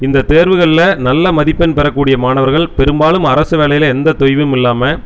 இந்த தேர்வுகளில் நல்ல மதிப்பெண் பெறக்கூடிய மாணவர்கள் பெரும்பாலும் அரசு வேலையில் எந்த தொய்வும் இல்லாமல்